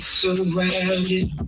surrounded